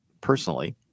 Personally